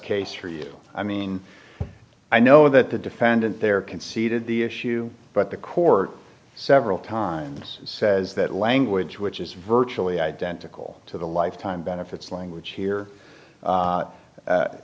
case for you i mean i know that the defendant there conceded the issue but the court several times says that language which is virtually identical to the lifetime benefits language here